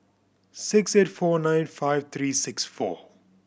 six eight four nine five three six four